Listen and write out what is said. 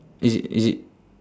is it is it